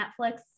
Netflix